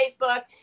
Facebook